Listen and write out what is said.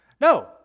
No